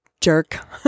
jerk